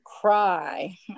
cry